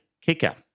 kicker